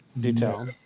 Detail